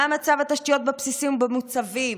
מה מצב התשתיות בבסיסים ובמוצבים,